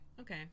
okay